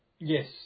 Yes